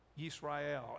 Yisrael